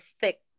thick